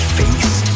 face